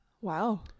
Wow